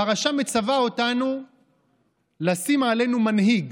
הפרשה מצווה אותנו לשים עלינו מנהיג: